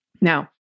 Now